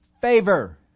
favor